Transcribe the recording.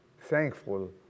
thankful